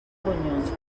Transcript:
ronyons